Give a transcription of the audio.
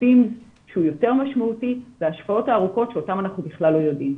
ה-pims שהוא יותר משמעותי וההשפעות הארוכות שאותן אנחנו בכלל לא יודעים.